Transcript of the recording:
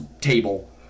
table